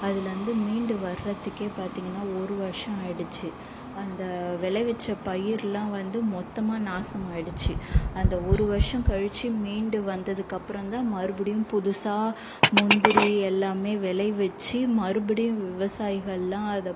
அதுலேருந்து மீண்டு வர்றத்துக்கே பார்த்திங்கனா ஒரு வருஷம் ஆயிடிச்சு அந்த விளைவிச்ச பயிர்லாம் வந்து மொத்தமாக நாசமாயிடிச்சு அந்த ஒரு வருஷம் கழிச்சு மீண்டு வந்ததுக்கு அப்புறம் தான் மறுபடியும் புதுசாக முந்திரி எல்லாமே விளைவிச்சி மறுபடியும் விவசாயிகள்லாம் அதை